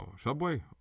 Subway